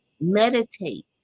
Meditate